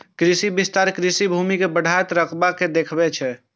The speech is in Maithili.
कृषि विस्तार कृषि भूमि के बढ़ैत रकबा के देखाबै छै